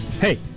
Hey